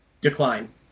decline